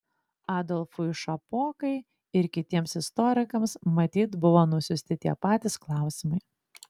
adolfui šapokai ir kitiems istorikams matyt buvo nusiųsti tie patys klausimai